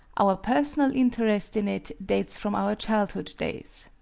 our personal interest in it dates from our childhood days.